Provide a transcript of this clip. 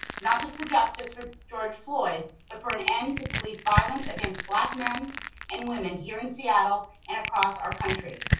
not just for justice for george floyd, but for an and to police violence against black men and women here in seattle and across our country.